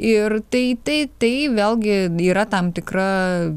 ir tai tai tai vėlgi yra tam tikra